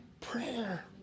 prayer